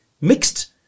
mixed